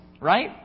right